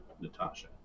Natasha